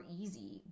easy